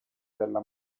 della